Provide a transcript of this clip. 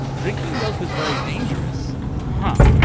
drinking milk was very dangerous huh.